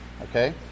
Okay